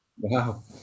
wow